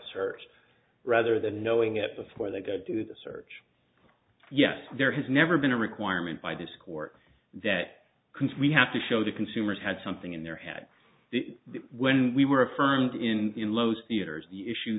search rather than knowing it before they go to the search yes there has never been a requirement by this court that comes we have to show the consumers had something in their head when we were affirmed in los theatres the issue